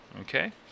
Okay